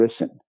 listen